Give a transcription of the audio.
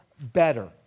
better